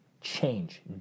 Change